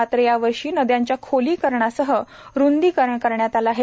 मात्र या वर्षी नदयांच्या खोलीकरणासह रुंदीकरण करण्यात आले आहे